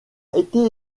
été